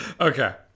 okay